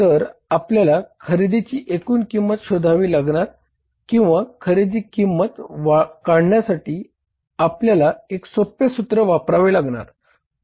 तर आपल्याला खरेदीची एकूण किंमत शोधावी लागणार किंवा खरेदी किंमत काढण्यासाठी आपल्याला एक सोपे सूत्र वापरावे लागणार